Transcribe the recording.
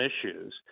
issues